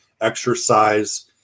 exercise